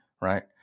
right